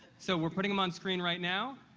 so, we're putting them on screen right now.